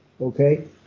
Okay